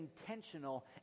intentional